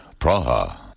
Praha